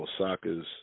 Osaka's